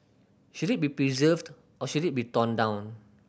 should it be preserved or should it be torn down